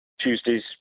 Tuesday's